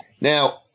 Now